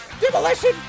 Demolition